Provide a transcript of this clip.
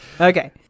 Okay